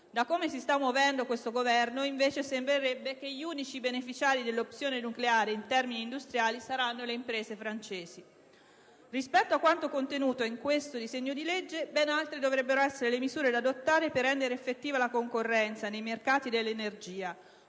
Da come si sta muovendo questo Governo, invece, sembrerebbe che le uniche beneficiarie dell'opzione nucleare in termini industriali saranno le imprese francesi. Rispetto a quanto contenuto in questo disegno di legge ben altre dovrebbero essere le misure da adottare per rendere effettiva la concorrenza nei mercati dell'energia,